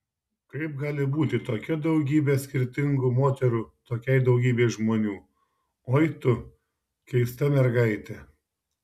kaip gali būti tokia daugybe skirtingų moterų tokiai daugybei žmonių oi tu keista mergaite